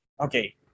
Okay